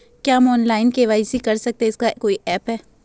क्या हम online KYC कर सकते हैं इसका कोई ऐप है?